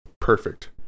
perfect